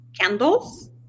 candles